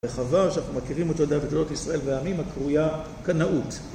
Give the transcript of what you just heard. רחבה, שאנחנו מכירים אותה בתולדות ישראל והעמים, הקרויה כנאות.